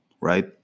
right